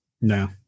No